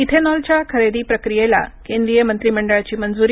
इथेनॉलच्या खरेदी प्रक्रियेला केंद्रीय मंत्रीमंडळाची मंजुरी